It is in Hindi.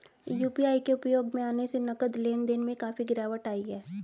यू.पी.आई के उपयोग में आने से नगद लेन देन में काफी गिरावट आई हैं